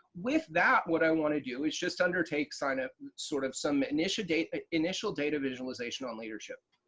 with that what i want to do is just undertake sign up sort of some initial data ah initial data visualization on leadership